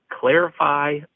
clarify